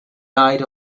eyed